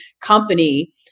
company